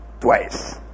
twice